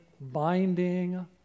binding